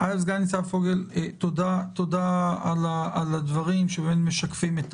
סגן ניצב פוגל, תודה על הדברים שבאמת משקפים את